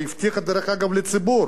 שהיא הבטיחה דרך אגב לציבור,